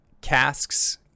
casks